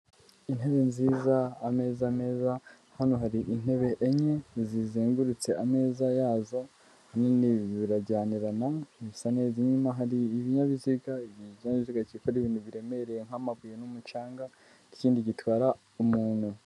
Intebe nziza ameza meza, hano hari intebe enye zizengurutse ameza yazo nini birajyanirana, bisa neza inyuma hari ibinyabiziga, ikinyabiziga kikorera ibintu biremereye nk'amabuye n'umucanga n'ikindi gitwara umuntu.